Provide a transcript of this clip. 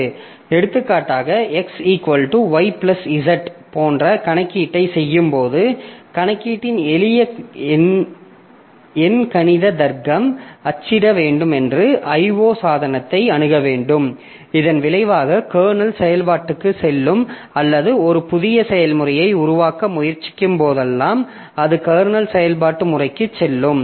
எடுத்துக்காட்டாக x y z போன்ற கணக்கீட்டைச் செய்யும்போது கணக்கீட்டின் எளிய எண்கணித தர்க்கம் அச்சிட வேண்டும் என்றால் IO சாதனத்தை அணுக வேண்டும் இதன் விளைவாக கர்னல் செயல்பாட்டுக்குச் செல்லும் அல்லது ஒரு புதிய செயல்முறையை உருவாக்க முயற்சிக்கும்போதெல்லாம் அது கர்னல் செயல்பாட்டு முறைக்குச் செல்லும்